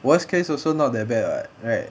worst case also not that bad [what] right